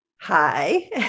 Hi